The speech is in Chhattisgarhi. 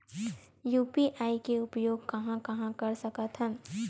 यू.पी.आई के उपयोग कहां कहा कर सकत हन?